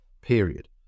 period